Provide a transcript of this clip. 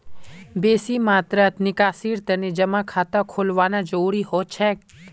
बेसी मात्रात निकासीर तने जमा खाता खोलवाना जरूरी हो छेक